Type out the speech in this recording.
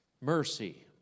mercy